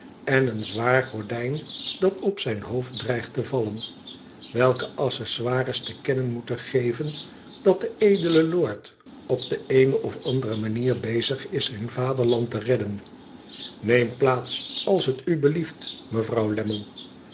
en een zwaar gordijn dat op zijn hoofd dreigt te vallen welke accessoires te kennen moeten geven dat de edele lord op de eene of andere manier bezig is zijn vaderland te redden neem plaats als t u blieft mevrouw